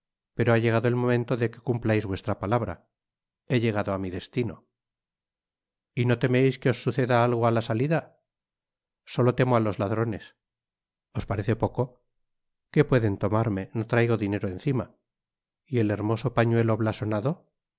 pero ha llegado el momento de que cumplais vuestra palabra he llegado á mi destino y no temeis que os suceda algo í la salida solo temo á los ladrones os parece poco qué pueden tomarme no traigo dinero encima y el hermoso pañuelo blasonado